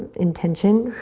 intention,